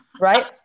right